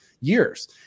years